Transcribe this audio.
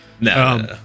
No